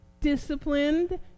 disciplined